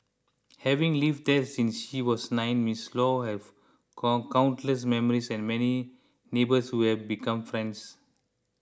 having lived there since she was nine Miss Law have countless memories and many neighbours who have become friends